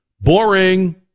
boring